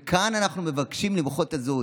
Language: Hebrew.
וכאן אנחנו מבקשים למחוק את הזהות.